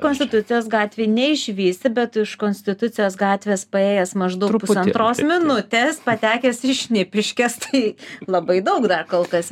konstitucijos gatvėj neišvysi bet iš konstitucijos gatvės paėjęs maždaug pusantros minutės patekęs į šnipiškes tai labai daug dar kol kas